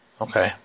Okay